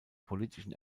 politischen